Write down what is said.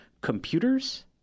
computers